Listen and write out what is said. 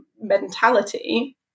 mentality